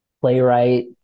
playwright